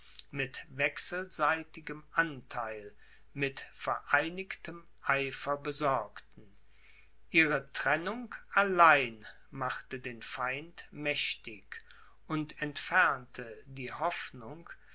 mit wechselseitigem antheil mit vereinigtem eifer besorgten ihre trennung allein machte den feind mächtig und entfernte die hoffnung